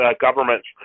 governments